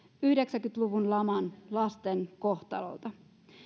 yhdeksänkymmentä luvun laman lasten kohtalolta